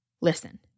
listen